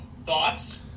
Thoughts